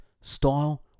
style